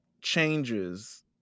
changes